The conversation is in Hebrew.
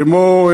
כמו,